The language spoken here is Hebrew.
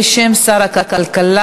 בשם שר הכלכלה,